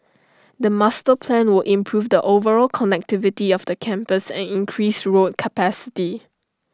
the master plan will improve the overall connectivity of the campus and increase road capacity